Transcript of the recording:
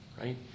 right